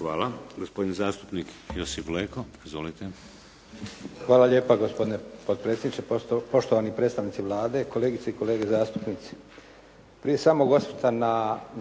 Hvala. Gospodin zastupnik Josip Leko. **Leko, Josip (SDP)** Hvala lijepa, gospodine potpredsjedniče. Poštovani predstavnici Vlade, kolegice i kolege zastupnici. Prije samog osvrta